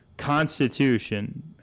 Constitution